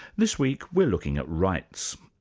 this week, we're looking at rights.